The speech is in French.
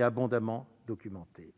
abondamment documenté.